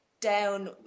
down